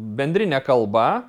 bendrine kalba